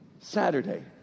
Saturday